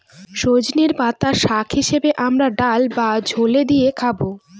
সজনের পাতা শাক হিসেবে আমরা ডাল বা ঝোলে দিয়ে খাবো